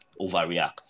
overreact